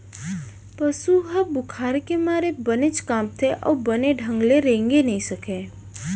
पसु ह बुखार के मारे बनेच कांपथे अउ बने ढंग ले रेंगे नइ सकय